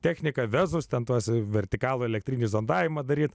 techniką vezus ten tuos vertikalų elektrinį zondavimą daryti